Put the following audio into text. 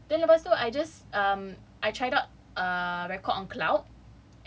ya then lepas tu I just um I tried out uh record on cloud